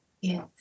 yes